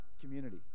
community